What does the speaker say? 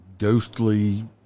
ghostly